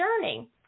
journey